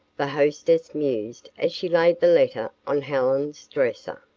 the hostess mused as she laid the letter on helen's dresser.